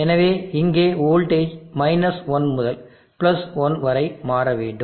எனவே இங்கே வோல்டேஜ் 1 முதல் 1 வரை மாற வேண்டும்